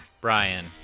Brian